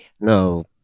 No